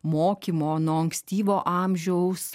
mokymo nuo ankstyvo amžiaus